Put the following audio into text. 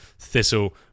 Thistle